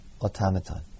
automaton